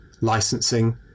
licensing